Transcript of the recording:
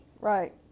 Right